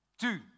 Two